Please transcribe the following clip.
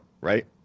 right